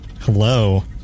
Hello